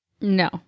No